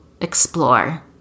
explore